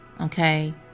okay